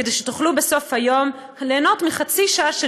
כדי שתוכלו בסוף היום ליהנות מחצי שעה של